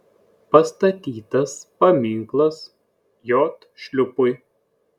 pastatytas paminklas j šliūpui